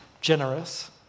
generous